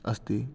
अस्ति